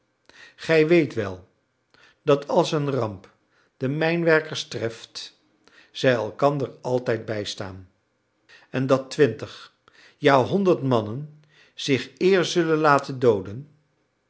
gij weet wel dat als een ramp de mijnwerkers treft zij elkander altijd bijstaan en dat twintig ja honderd mannen zich eer zullen laten dooden